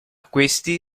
questi